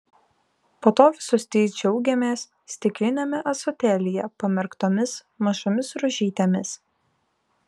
po to visos trys džiaugiamės stikliniame ąsotėlyje pamerktomis mažomis rožytėmis